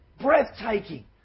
breathtaking